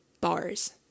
Bars